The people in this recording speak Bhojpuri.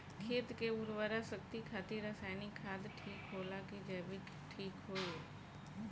खेत के उरवरा शक्ति खातिर रसायानिक खाद ठीक होला कि जैविक़ ठीक होई?